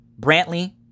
Brantley